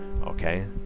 okay